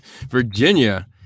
Virginia